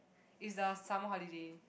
it's the summer holiday